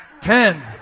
ten